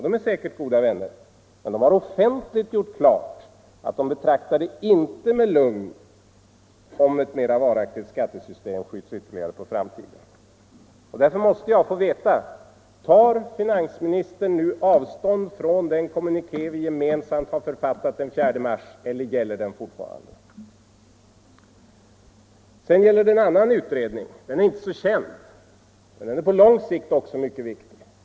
De är säkert goda vänner, men de har offentligt gjort klart att de inte med lugn betraktar att ett mera varaktigt skattesystem skjuts ytterligare på framtiden. Därför måste jag få veta: Tar finansministern nu avstånd från den kommuniké vi gemensamt författade den 4 mars eller är den fortfarande giltig? Sedan gäller det en annan utredning. Den är inte så känd. Men den är på lång sikt också mycket viktig.